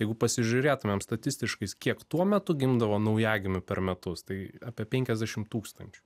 jeigu pasižiūrėtumėm statistiškai kiek tuo metu gimdavo naujagimių per metus tai apie penkiasdešim tūkstančių